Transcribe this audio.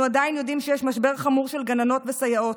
עדיין יודעים שיש משבר חמור של גננות וסייעות.